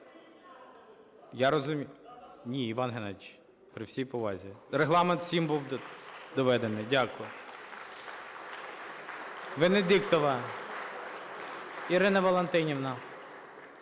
Я розумію, ні, Іван Геннадійович, при всій повазі, регламент усім був доведений. Дякую. Венедіктова Ірина Валентинівна,